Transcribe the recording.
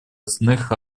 основных